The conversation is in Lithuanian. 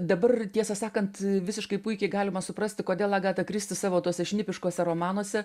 dabar tiesą sakant visiškai puikiai galima suprasti kodėl agata kristi savo tose šnipiškuose romanuose